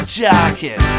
jacket